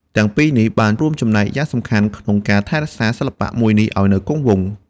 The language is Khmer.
ទាំងពីរនេះបានរួមចំណែកយ៉ាងសំខាន់ក្នុងការថែរក្សាសិល្បៈមួយនេះឱ្យនៅគង់វង្ស។